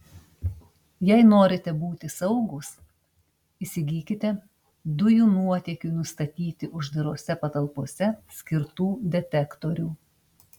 jei norite būti saugūs įsigykite dujų nuotėkiui nustatyti uždarose patalpose skirtų detektorių